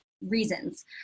reasons